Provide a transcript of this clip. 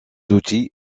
outils